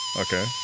Okay